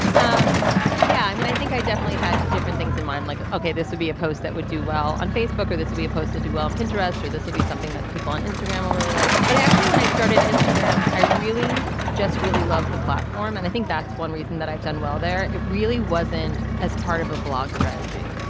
um yeah i mean i think i definitely had different things in mind like ok this would be a post that would do well on facebook or this would be opposed to do well on pinterest or this would be something that people on instagram will really like. but i actually when i started instagram i really just really loved the platform and i think that's one reason that i've done well there. it really wasn't as part of a blog strategy.